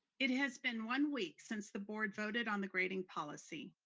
it has been one week since the board voted on the grading policy.